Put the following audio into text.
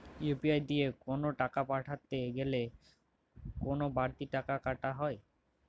UPI দিয়ে কোন টাকা পাঠাতে গেলে কোন বারতি টাকা কি কাটা হয়?